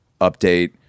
Update